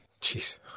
Jeez